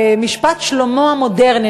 משפט שלמה המודרני,